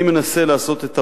אני מנסה לעשות את המרב,